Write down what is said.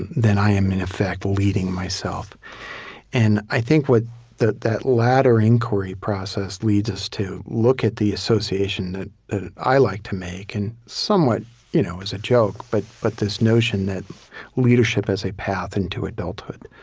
then i am, in effect, leading myself and i think what that that latter inquiry process leads us to look at the association that i like to make and somewhat you know as a joke, but but this notion that leadership as a path into adulthood,